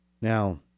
Now